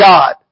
God